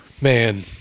Man